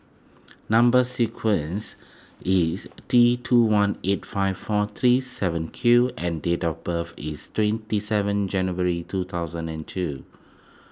Number Sequence is D two one eight five four three seven Q and date of birth is twenty seven January two thousand and two